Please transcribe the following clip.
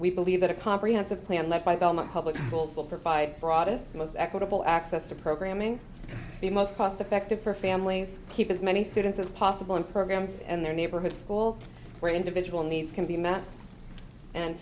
we believe that a comprehensive plan led by the element public schools will provide for august the most equitable access to programming the most cost effective for families keep as many students as possible in programs in their neighborhood schools where individual needs can be math and